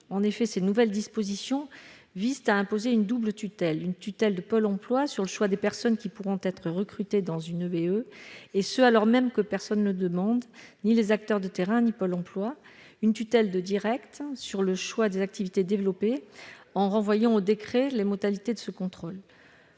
En effet, ces nouvelles dispositions visent à imposer une double tutelle : d'une part, une tutelle de Pôle emploi, sur le choix des personnes qui pourront être recrutées dans une EBE, alors même que personne ne le demande- ni les acteurs de terrain ni Pôle emploi -, d'autre part, une tutelle des Direccte, sur le choix des activités développées par les EBE en renvoyant au décret les modalités de ce contrôle.